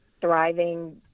thriving